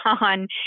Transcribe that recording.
on